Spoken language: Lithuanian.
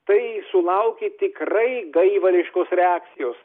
tai sulauki tikrai gaivališkos reakcijos